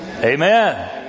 Amen